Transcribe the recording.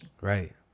right